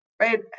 right